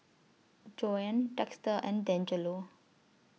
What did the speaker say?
Joanne Dexter and Dangelo